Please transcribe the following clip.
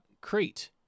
Crete